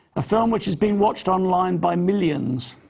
a film which is being watched online by millions.